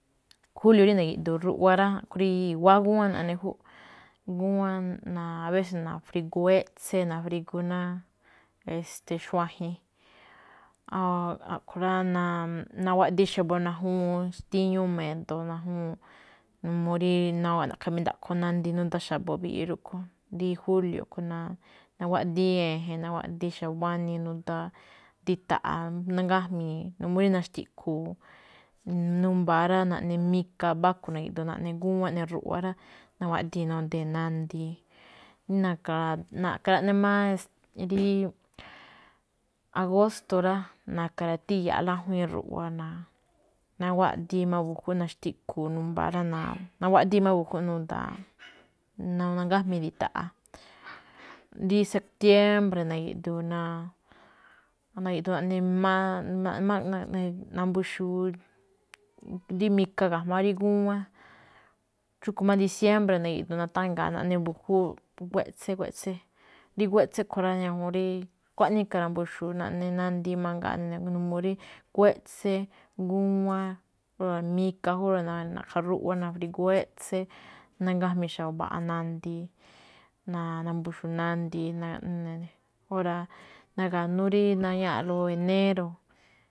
Julio rí na̱gi̱ꞌdu̱u̱n ruꞌwa rá, a̱ꞌkhue̱n rí i̱wa̱á ngúwán naꞌne júꞌ, ngúwán a veces nafrigu eꞌtsén, nafrigu este ná xuajen, a̱ꞌkhue̱n rá, naguaꞌdi̱í xa̱bo̱ najúwúún xtíñúú me̱do̱ najúwúúnꞌ. N uu rí na̱wa̱ꞌkha̱ mi̱ndaꞌkho nandi nuda xa̱bo̱ mbiꞌi rúꞌkhuo̱n, rí júlio̱, nawaꞌdi̱í e̱je̱n, nawaꞌdi̱í xa̱buanii, nuda ndita̱ꞌa̱ nangámii̱ n uu rí naxtiꞌkhu̱u̱, n baa rá, naꞌne mika, mbáko na̱gi̱ꞌdu̱u̱n naꞌne ngúwán eꞌne ruꞌwa rá, nawaꞌdi̱í nodee̱ nandi. Na̱ka̱a na̱ka̱ máꞌ raꞌne rí agósto̱ rá. Na̱ka̱ ra̱tíya̱a̱ꞌ lájuíin ruꞌwa rá, na- nawaꞌdíi̱ má mbu̱jú rá, naxtiꞌkhu̱u̱ n baa rá, nawaꞌdii̱ mbu̱júꞌ nuda̱a̱, nangájmii̱ ndita̱ꞌa̱. rí seꞌtiembre nagi̱ꞌdu̱u̱n, na̱giꞌdu̱u̱n naꞌne naꞌne má, naꞌne na̱mbuxu̱u̱ꞌ rí mika ga̱jma̱á rí ngúwán. Xúꞌkhue̱n máꞌ rí diciémbre̱, na̱di̱ꞌdu̱u̱n natanga̱a̱, naꞌne mbu̱júu, nguéꞌtsén, nguéꞌtsén, rí nguéꞌtsén a̱ꞌkhue̱n rá, ñajuun rí, xkuaꞌnii i̱ka̱ ra̱mbu̱xu̱u̱ naꞌne nandi mangaa naꞌne n uu rí, nguéꞌtsén, ngúwán, ahora mika jú rá, na̱ꞌkha̱ rúꞌwa, nafrigu eꞌtsén, nangájmii xa̱bo̱ mbaꞌa nandi, na̱mbu̱xu̱u̱ nandi, naꞌne, hora. Na̱ga̱nú rí ndañáa̱ꞌlóꞌ enéro̱.